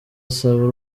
asaba